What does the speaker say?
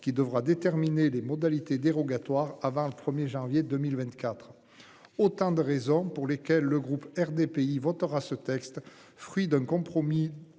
qui devra déterminer les modalités dérogatoires avant le 1er janvier 2024. Autant de raisons pour lesquelles le groupe RDPI votera ce texte, fruit d'un compromis